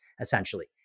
essentially